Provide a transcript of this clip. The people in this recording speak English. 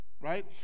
right